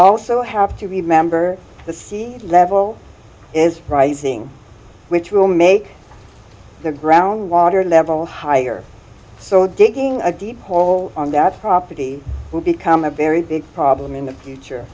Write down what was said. also have to remember the sea level is rising which will make the ground water level higher so digging a deep hole on that property will become a very big problem in the future